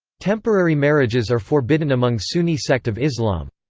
temporary marriages are forbidden among sunni sect of islam.